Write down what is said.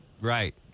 Right